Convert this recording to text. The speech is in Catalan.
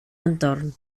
entorn